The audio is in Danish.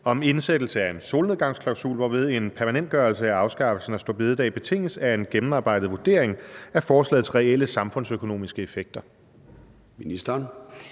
om indsættelse af en solnedgangsklausul, hvorved en permanentgørelse af afskaffelsen af store bededag betinges af en gennemarbejdet vurdering af forslagets reelle samfundsøkonomiske effekter?